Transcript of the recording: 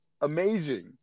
amazing